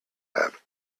have